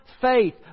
faith